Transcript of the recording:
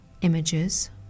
images